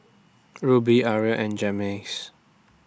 Ruby Uriel and Jaymes